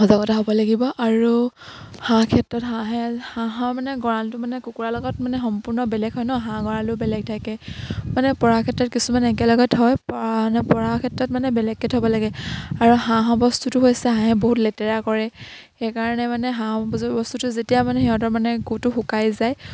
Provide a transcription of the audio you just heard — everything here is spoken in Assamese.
সজাগতা হ'ব লাগিব আৰু হাঁহ ক্ষেত্ৰত হাঁহে হাঁহৰ মানে গঁৰালটো মানে কুকুৰাৰ লগত মানে সম্পূৰ্ণ বেলেগ হয় ন হাঁহ গঁড়ালো বেলেগ থাকে মানে ক্ষেত্ৰত কিছুমান একেলগত থয় মানে ক্ষেত্ৰত মানে বেলেগকে থ'ব লাগে আৰু হাঁহৰ বস্তুটো হৈছে হাঁহে বহুত লেতেৰা কৰে সেইকাৰণে মানে হাঁহ বস্তুটো যেতিয়া মানে সিহঁতৰ মানে গুটো শুকাই যায়